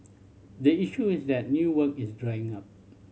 the issue is that new work is drying up